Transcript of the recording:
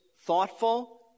thoughtful